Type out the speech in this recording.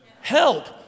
help